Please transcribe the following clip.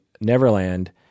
Neverland